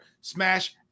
smash